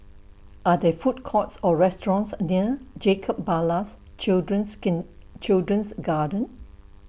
Are There Food Courts Or restaurants near Jacob Ballas Children's Children's Garden